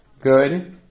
Good